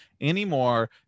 anymore